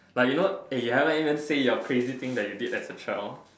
like you know eh you haven't even say your crazy thing that you did as a child